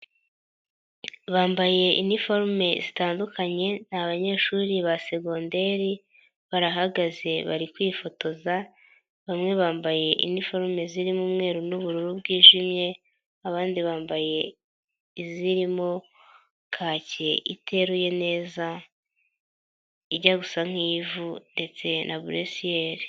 Bambaye iniforume zitandukanye ni abanyeshuri ba segonderi, barahagaze bari kwifotoza, bamwe bambaye iniforume zirimo umweru n'ubururu bwijimye, abandi bambaye izirimo kaki iteruye neza ijya gusa nk'ivu ndetse na buresiyeri.